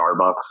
Starbucks